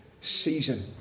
season